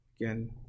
Again